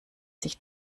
sich